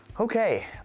Okay